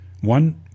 One